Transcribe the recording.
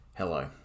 Hello